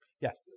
Yes